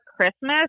Christmas